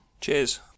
cheers